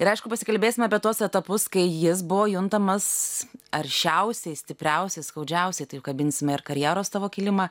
ir aišku pasikalbėsim apie tuos etapus kai jis buvo juntamas aršiausiai stipriausiai skaudžiausiai tai kabinsime ir karjeros tavo kilimą